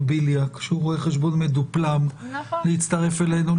בליאק שהוא רואה חשבון מדופלם להצטרף אלינו.